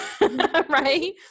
right